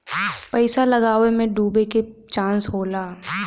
पइसा लगावे मे डूबे के चांस होला